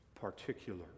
particular